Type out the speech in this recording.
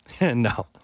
No